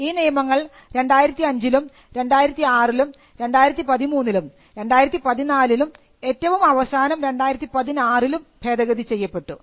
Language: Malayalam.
ഈ നിയമങ്ങൾ 2005ലും 2006ലും 2013ലും 2014ലും ഏറ്റവും അവസാനം 2016 ലും ഭേദഗതി ചെയ്യപ്പെട്ടു